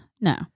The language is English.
No